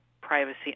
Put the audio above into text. privacy